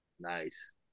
Nice